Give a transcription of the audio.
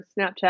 Snapchat